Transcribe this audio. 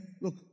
Look